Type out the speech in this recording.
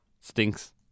Stinks